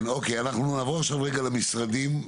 ברשותכם, אנחנו למשרדים.